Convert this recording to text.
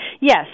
Yes